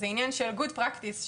זה עניין של פרקטיקה טובה,